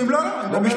לא, אני מדבר על שלמה.